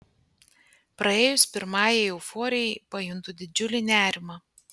praėjus pirmajai euforijai pajuntu didžiulį nerimą